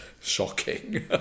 shocking